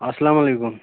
اَسلام وعلیکُم